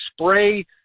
spray